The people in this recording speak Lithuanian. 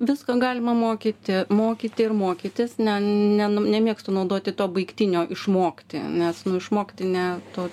visko galima mokyti mokyti ir mokytis ne ne nemėgstu naudoti to baigtinio išmokti nes nu išmokti ne to